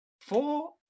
four